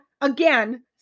again